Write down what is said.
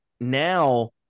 now